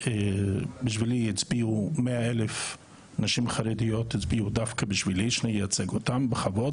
דווקא בשבילי הצביעו 100,000 נשים חרדיות כדי שאייצג אותן בכבוד,